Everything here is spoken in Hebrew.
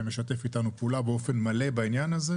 שמשתף איתנו פעולה באופן מלא בעניין הזה,